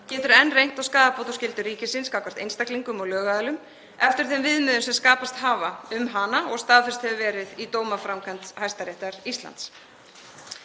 getur enn reynt á skaðabótaskyldu ríkisins gagnvart einstaklingum og lögaðilum eftir þeim viðmiðum sem skapast hafa um hana og staðfest hefur verið í dómaframkvæmd Hæstaréttar Íslands.